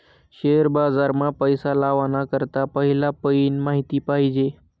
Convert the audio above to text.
share बाजार मा पैसा लावाना करता पहिला पयीन माहिती पायजे